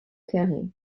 carré